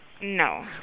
No